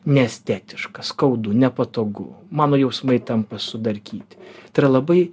neestetiška skaudu nepatogu mano jausmai tampa sudarkyti tai yra labai